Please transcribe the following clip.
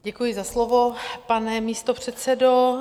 Děkuji za slovo, pane místopředsedo.